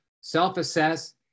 self-assess